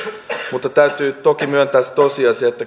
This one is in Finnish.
mutta täytyy toki myöntää se tosiasia että